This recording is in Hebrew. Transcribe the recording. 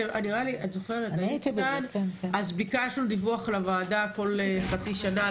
אז ביקשנו דיווח לוועדה כל חצי שנה.